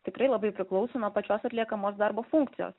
tikrai labai priklauso nuo pačios atliekamos darbo funkcijos